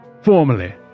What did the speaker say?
formally